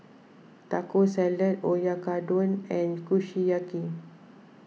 Taco Salad Oyakodon and Kushiyaki